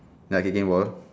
ya kicking ball